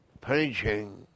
preaching